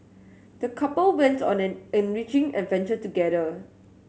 the couple went on an enriching adventure together